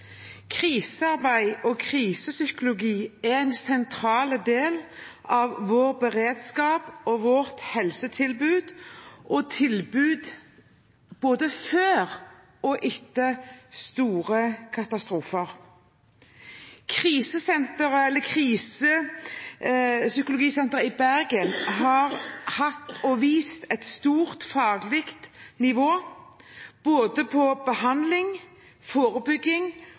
en sentral del av vår beredskap og vårt helsetilbud, både før og etter store katastrofer. Senter for Krisepsykologi i Bergen har hatt og vist et stort faglig nivå både på behandling, forebygging,